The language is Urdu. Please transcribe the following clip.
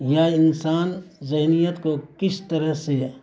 یا انسان ذہنیت کو کس طرح سے